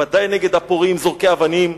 ודאי נגד הפורעים זורקי האבנים.